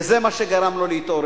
וזה מה שגרם לו להתעורר.